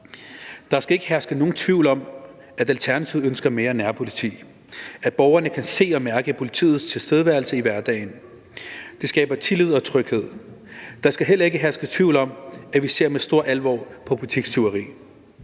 Der skal ikke herske nogen tvivl om, at Alternativet ønsker mere nærpoliti; vi ønsker, at borgerne kan se og mærke politiets tilstedeværelse i hverdagen – det skaber tillid og tryghed. Der skal heller ikke herske tvivl om, at vi ser med stor alvor på butikstyveri.